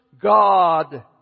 God